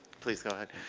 please go ahead.